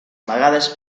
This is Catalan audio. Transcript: amagades